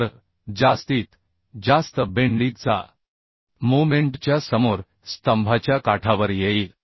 तर जास्तीत जास्त बेन्डीगचा मोमेन्टच्या समोर स्तंभाच्या काठावर येईल